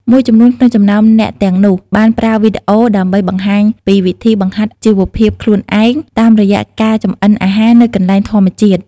មួយចំនួនក្នុងចំណោមអ្នកទាំងនោះបានប្រើវីដេអូដើម្បីបង្ហាញពីវិធីបង្ហាត់ជីវភាពខ្លួនឯងតាមរយៈការចម្អិនអាហារនៅកន្លែងធម្មជាតិ។